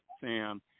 Sam